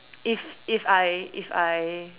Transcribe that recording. if if I if I